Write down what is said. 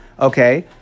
okay